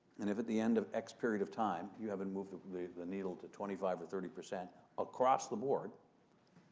and if at the end of x period of time, you haven't moved the the needle to twenty five or thirty percent across the board,